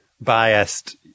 biased